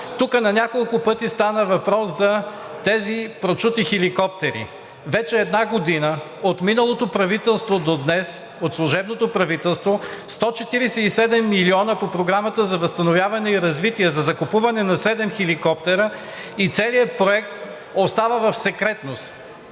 тук на няколко пъти стана въпрос за тези прочути хеликоптери. Вече една година от миналото правителство до днес, от служебното правителство – 147 милиона по Програмата за възстановяване и развитие за закупуване на седем хеликоптера и целият проект остава в секретност.